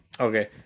Okay